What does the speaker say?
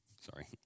sorry